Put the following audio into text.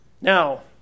Now